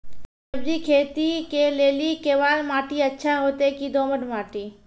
सब्जी खेती के लेली केवाल माटी अच्छा होते की दोमट माटी?